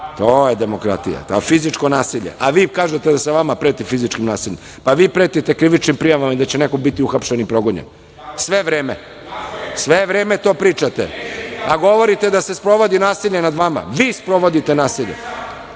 to je demokratija, fizičko nasilje, a vi kažete da se vama preti fizičkim nasiljem. Pa, vi pretite krivičnim prijavama da će neko biti uhapšen i progonjen, sve vreme to pričate, a govorite da se sprovodi nasilje nad vama, a vi sprovodite nasilje.